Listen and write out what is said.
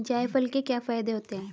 जायफल के क्या फायदे होते हैं?